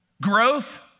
Growth